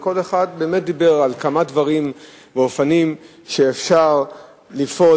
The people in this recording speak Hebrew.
וכל אחד דיבר על כמה דברים ואופנים שאפשר לפעול